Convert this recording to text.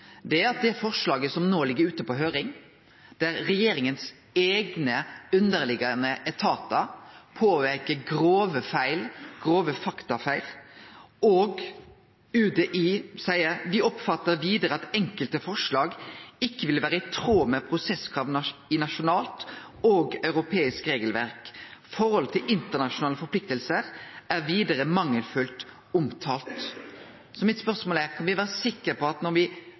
er at når det gjeld det forslaget som no ligg ute på høyring, påpeiker regjeringas eigne underliggjande etatar grove feil, grove faktafeil, og UDI seier: «Vi oppfatter videre at enkelte forslag ikke vil være i tråd med prosesskrav i nasjonalt og europeisk regelverk. Forholdet til internasjonale forpliktelser er videre mangelfullt omtalt i deler av høringsnotatet.» Så mitt spørsmål er: Kan me vere sikre på at